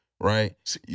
right